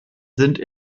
sind